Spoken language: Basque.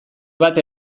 bat